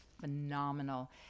phenomenal